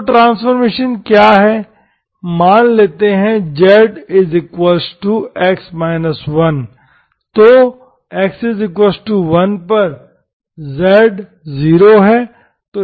तो ट्रांसफॉर्मेशन क्या है मान लेते है zx 1तोx1पर z 0 है